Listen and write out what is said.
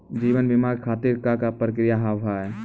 जीवन बीमा के खातिर का का प्रक्रिया हाव हाय?